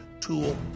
tool